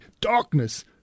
darkness